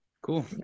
Cool